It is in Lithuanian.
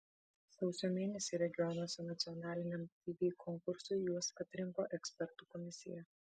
sausio mėnesį regionuose nacionaliniam tv konkursui juos atrinko ekspertų komisija